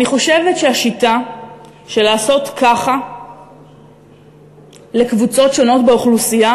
אני חושבת שהשיטה של לעשות ככה לקבוצות שונות באוכלוסייה